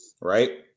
Right